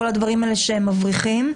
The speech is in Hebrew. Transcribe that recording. כל הדברים שהם מבריחים,